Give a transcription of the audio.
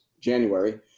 January